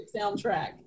soundtrack